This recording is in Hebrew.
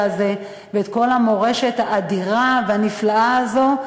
הזה ואת כל המורשת האדירה והנפלאה הזאת,